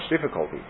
difficulty